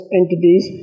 entities